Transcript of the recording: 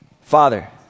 father